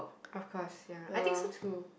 of course ya I think so too